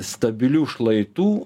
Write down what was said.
stabilių šlaitų